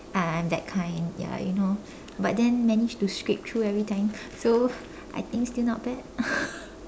ah I'm that kind ya you know but then managed to scrape through every time so I think still not bad